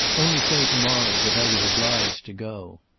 only say to-morrow that i was obliged to go.